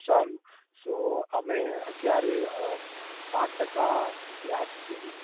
સારું સો અમે અત્યારે પાંચ ટકા વ્યાજથી